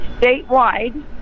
Statewide